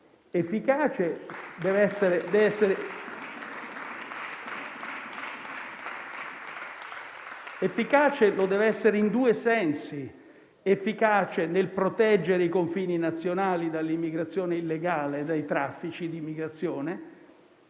Efficace lo deve essere in due sensi: efficace nel proteggere i confini nazionali dall'immigrazione illegale e dai traffici di immigrazione,